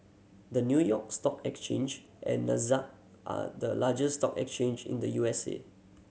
the New York Stock Exchange and Nasdaq are the largest stock exchange in the U S A